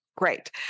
Great